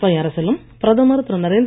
வாஜ்பாய் அரசிலும் பிரதமர் திரு